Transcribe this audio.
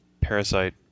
parasite